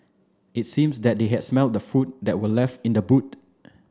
it seems that they had smelt the food that were left in the boot